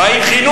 מה עם חינוך?